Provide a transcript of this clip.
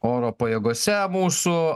oro pajėgose mūsų